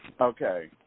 Okay